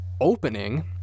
opening